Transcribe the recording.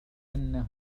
أنه